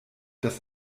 das